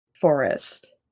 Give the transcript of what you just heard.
forest